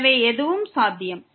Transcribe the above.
எனவே எதுவும் சாத்தியம்